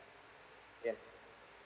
can